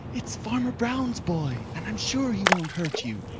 it's farmer brown's boy and i'm sure he won't hurt you.